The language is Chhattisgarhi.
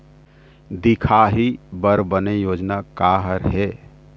दिखाही बर बने योजना का हर हे?